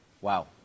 Wow